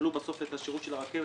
שיקבלו בסוף את השירות של הרכבת,